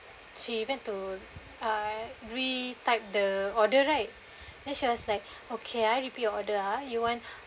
she went to (uh)we typed the order right then she was like okay ah I repeat your order ah